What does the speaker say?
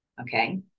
okay